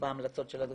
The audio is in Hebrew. בהמלצות שלנו.